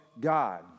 God